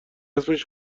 اسمش